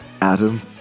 Adam